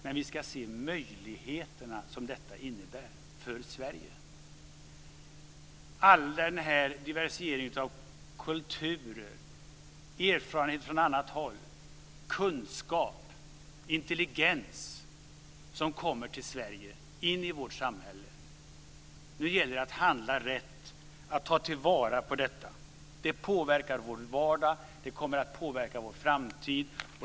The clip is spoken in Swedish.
Men vi ska se möjligheterna som detta innebär för Med all denna diversifiering av kulturer, erfarenheter från annat håll, kunskap och intelligens som kommer till Sverige, in i vårt samhälle, gäller det att handla rätt, att ta till vara detta. Det påverkar vår vardag, och det kommer att påverka vår framtid.